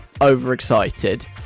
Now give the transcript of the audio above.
overexcited